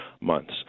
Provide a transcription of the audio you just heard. months